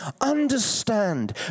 Understand